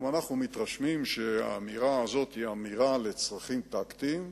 וגם אנחנו מתרשמים שהאמירה הזאת היא אמירה לצרכים טקטיים.